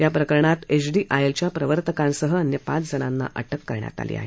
याप्रकरणात एचडीआयएल च्या प्रवर्तकांसह अन्य पाच जणांना अटक करण्यात आली आहे